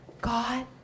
God